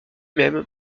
même